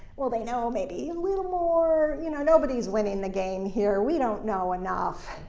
well, they know maybe a little more. you know, nobody's winning the game here. we don't know enough.